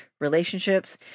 relationships